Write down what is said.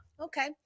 okay